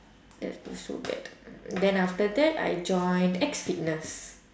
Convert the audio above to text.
that was so bad then after that I joined X fitness